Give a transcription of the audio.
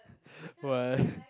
what